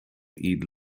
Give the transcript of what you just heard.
eat